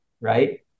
right